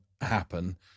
happen